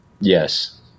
yes